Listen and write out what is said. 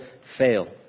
fail